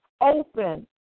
open